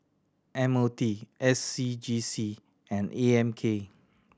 M O T S C G C and A M K